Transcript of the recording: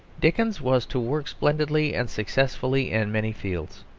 dickens was to work splendidly and successfully in many fields,